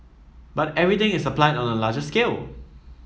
but everything is applied on a larger scale